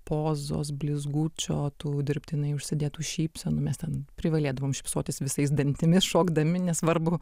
pozos blizgučio tų dirbtinai užsidėtų šypsenų mes ten privalėdavom šypsotis visais dantimis šokdami nesvarbu